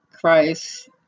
Christ